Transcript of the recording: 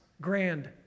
grand